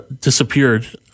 disappeared